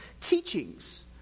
teachings